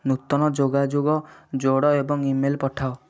ନୂତନ ଯୋଗାଯୋଗ ଯୋଡ଼ ଏବଂ ଇମେଲ୍ ପଠାଅ